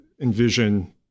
envision